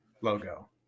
logo